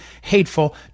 hateful